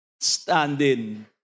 standing